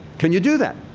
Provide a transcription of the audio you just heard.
can you do that?